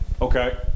Okay